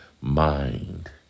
mind